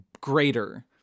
greater